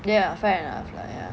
ya fair enough lah ya